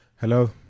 Hello